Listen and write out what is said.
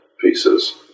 pieces